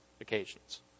occasions